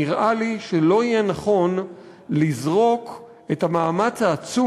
נראה לי שלא יהיה נכון לזרוק את המאמץ העצום